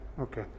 okay